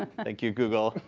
ah thank you, google.